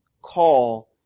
call